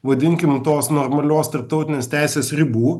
vadinkim tos normalios tarptautinės teisės ribų